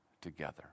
together